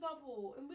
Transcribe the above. bubble